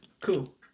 Cool